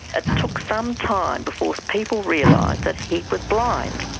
ah took some time before people realised that he was blind.